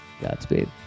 Godspeed